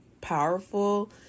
powerful